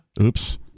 Oops